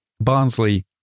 Barnsley